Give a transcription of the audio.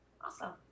awesome